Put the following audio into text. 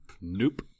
Nope